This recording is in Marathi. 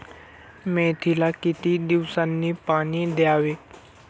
मेथीला किती दिवसांनी पाणी द्यावे?